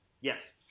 Yes